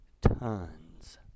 tons